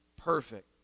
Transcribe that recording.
Perfect